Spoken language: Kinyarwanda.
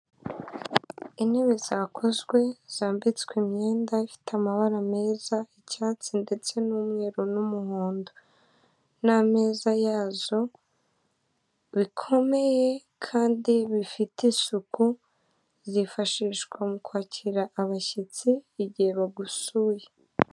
Intebe zakozwe zambitswe imyenda ifite amabara meza icyatse ndetse n'umweru n'umuhondo n'ameza yazo bikomeye kandi bifite isuku, byifashishwa mu kwakira abashyitsi igihe bagusuye.